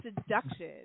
seduction